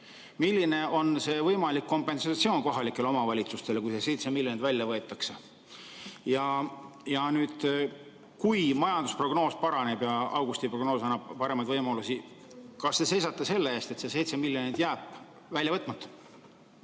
Milline on see võimalik kompensatsioon kohalikele omavalitsustele, kui see 7 miljonit välja võetakse? Kui majandusprognoos paraneb ja augustiprognoos annab paremaid võimalusi, kas te seisate selle eest, et see 7 miljonit jääb välja võtmata?